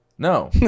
No